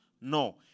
No